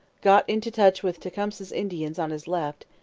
got into touch with tecumseh's indians on his left,